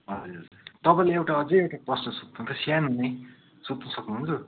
तपाईँलाई एउटा अझै एउटा प्रश्न सोध्न छ सानो नै सोध्न सक्नु हुन्छ